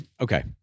Okay